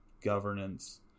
governance